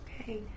Okay